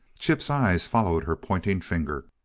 chip's eyes followed her pointing finger.